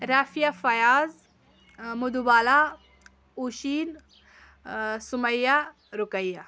رافِیہ فیاض مٔدوٗ بالا اوٗشیٖن سُمَیّہ رُقَیّہ